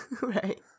Right